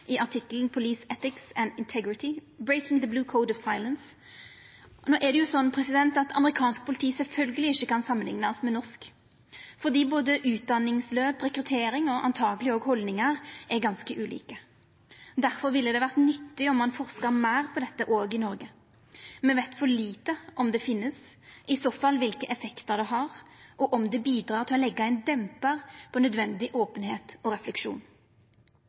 politi kan sjølvsagt ikkje samanliknast med norsk fordi både utdanningsløp, rekruttering og truleg også haldningar er ganske ulike. Det ville difor vore nyttig om ein forska meir på dette også i Noreg. Me veit for lite om det finst, i så fall kva effektar det har, og om det bidreg til å leggja ein dempar på nødvendig openheit og refleksjon.